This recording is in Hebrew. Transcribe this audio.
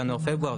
ינואר-פברואר,